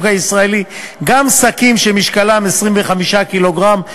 הישראלי גם שקים שמשקלם 25 קילוגרם.